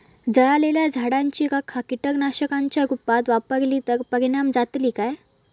जळालेल्या झाडाची रखा कीटकनाशकांच्या रुपात वापरली तर परिणाम जातली काय?